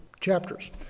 chapters